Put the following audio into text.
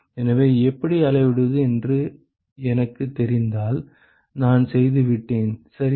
எனவே எப்படி அளவிடுவது என்று எனக்குத் தெரிந்தால் நான் செய்துவிட்டேன் சரியா